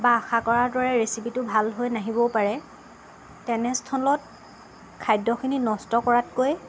বা আশা কৰাৰ দৰে ৰেচিপিটো ভাল হৈ নাহিবও পাৰে তেনেস্থলত খাদ্যখিনি নষ্ট কৰাতকৈ